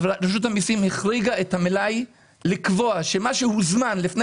רשות המסים צריכה לקבוע שמה שהוזמן לפני